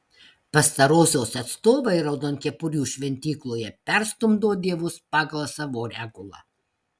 pastarosios atstovai raudonkepurių šventykloje perstumdo dievus pagal savo regulą